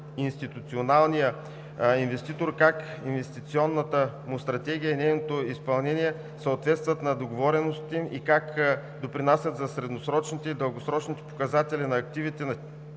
институционалния инвеститор как инвестиционната му стратегия и нейното изпълнение съответстват на договореностите им и как допринасят за средносрочните и дългосрочните показатели на активите на